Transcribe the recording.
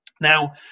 Now